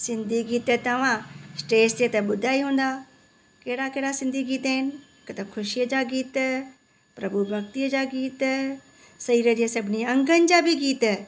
सिंधी गीत तव्हां स्टेज ते त ॿुधा ई हूंदव कहिड़ा कहिड़ा सिंधी गीत आहिनि हिक त ख़ुशीअ जा गीत प्रभु भक्तीअ जा गीत शरीर जे सभिनी अङनि जा बि गीत